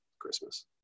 christmas